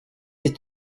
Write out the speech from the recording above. est